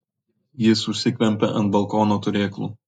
jis užsikvempia ant balkono turėklų